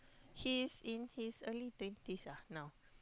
he's in his early twenties ah now